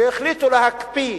והחליטו להקפיא